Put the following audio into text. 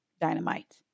Dynamite